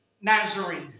Nazarene